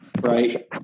Right